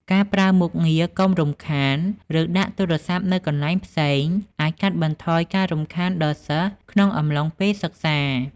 ការប្រើមុខងារ "កុំរំខាន" ឬដាក់ទូរសព្ទនៅកន្លែងផ្សេងអាចកាត់បន្ថយការរំខានដល់សិស្សក្នុងអំឡុងពេលសិក្សា។